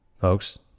Folks